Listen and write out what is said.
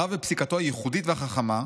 הרב, בפסיקתו הייחודית והחכמה,